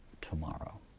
tomorrow